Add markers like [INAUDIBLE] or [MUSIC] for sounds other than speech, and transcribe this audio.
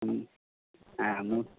হ্যাঁ [UNINTELLIGIBLE]